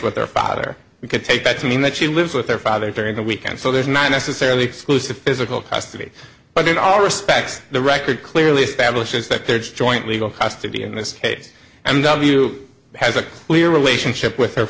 with their father we could take that to mean that she lives with her father during the weekend so there's not necessarily exclusive physical custody but in all respects the record clearly establishes that their joint legal custody in this case m w has a clear relationship with her